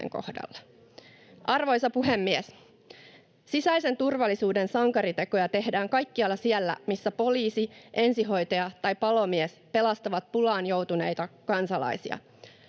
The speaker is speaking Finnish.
Arvoisa puhemies! Sisäisen turvallisuuden sankaritekoja tehdään kaikkialla siellä, missä poliisi, ensihoitaja tai palomies pelastavat pulaan joutuneita kansalaisia.